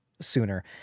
sooner